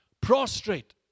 prostrate